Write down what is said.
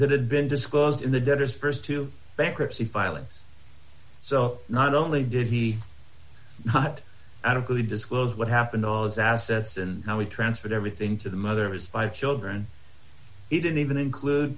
that had been disclosed in the deadest st to bankruptcy filings so not only did he not adequately disclose what happened all his assets and how he transferred everything to the mother of his five children he didn't even include